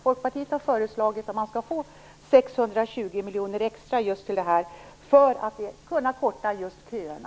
Folkpartiet har föreslagit att man skall få 620 miljoner extra till det här området för att just kunna korta köerna.